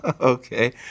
Okay